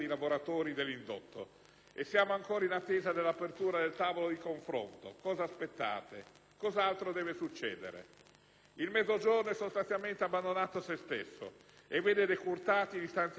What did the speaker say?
E siamo ancora in attesa dell'apertura del tavolo di confronto, cosa aspettate? Cosa altro deve succedere? Il Mezzogiorno è sostanzialmente abbandonato a se stesso e vede decurtati gli stanziamenti per gli investimernti,